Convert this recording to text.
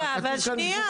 רגע, אבל שנייה.